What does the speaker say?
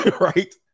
right